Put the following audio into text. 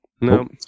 No